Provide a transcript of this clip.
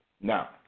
Now